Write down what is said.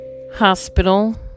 hospital